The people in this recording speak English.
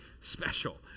special